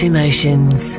Emotions